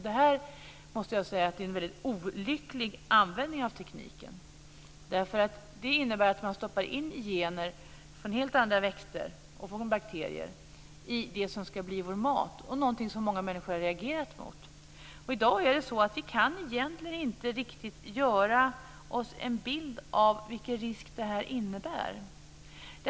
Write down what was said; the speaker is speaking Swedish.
Det här måste jag säga är en väldigt olycklig användning av tekniken. Det innebär att man stoppar in gener från helt andra växter och bakterier i det som ska bli vår mat. Det är någonting som många människor har reagerat mot. I dag kan vi egentligen inte riktigt göra oss en bild av vilken risk det innebär.